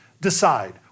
decide